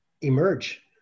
emerge